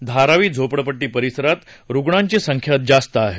धारावी झोपडपट्टी परिसरात रुग्णाची संख्या जास्त आहे